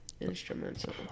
instrumental